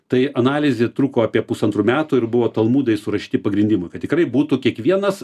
tai analizė truko apie pusantrų metų ir buvo talmudai surašyti pagrindimų kad tikrai būtų kiekvienas